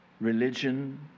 religion